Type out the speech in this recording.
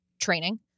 training